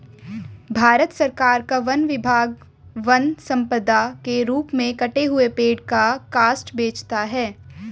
भारत सरकार का वन विभाग वन सम्पदा के रूप में कटे हुए पेड़ का काष्ठ बेचता है